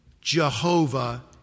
Jehovah